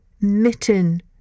mitten